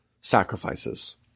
sacrifices